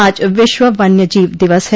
आज विश्व वन्य जीव दिवस है